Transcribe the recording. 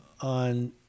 on